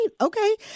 Okay